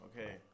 Okay